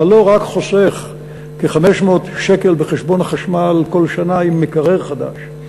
אתה לא רק חוסך כ-500 שקל בחשבון החשמל כל שנה עם מקרר חדש.